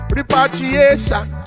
Repatriation